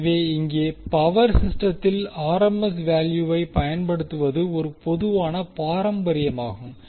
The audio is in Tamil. எனவே இங்கே பவர் சிஸ்டத்தில் ஆர்எம்எஸ் வேல்யூவை பயன்படுத்துவது ஒரு பொதுவான பாரம்பரியமாகும்